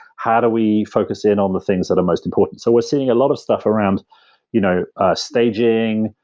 how do we focus in on the things that are most important? so we're seeing a lot of stuff around you know staging,